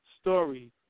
story